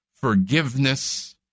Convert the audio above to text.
forgiveness